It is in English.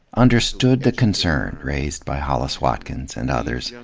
understood the concern raised by hollis watkins and others. yeah